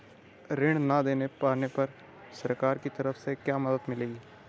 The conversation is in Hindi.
ऋण न दें पाने पर सरकार की तरफ से क्या मदद मिलेगी?